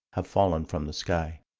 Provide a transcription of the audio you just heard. have fallen from the sky.